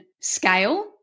scale